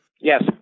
Yes